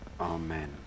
amen